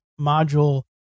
module